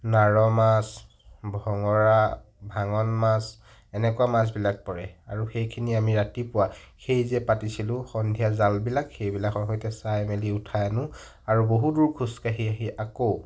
নাৰ মাছ ভঙৰা ভাঙোন মাছ এনেকুৱা মাছবিলাক পৰে আৰু সেইখিনি আমি ৰাতিপুৱা সেইযে পাতিছিলোঁ সন্ধিয়া জালবিলাক সেইবিলাকৰ সৈতে চাই মেলি উঠাই আনোঁ আৰু বহু দূৰ খোজ কাঢ়ি আহি আকৌ